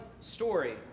story